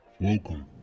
Welcome